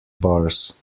bars